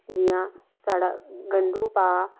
जि'यां साढ़ा गंढू पा